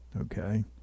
okay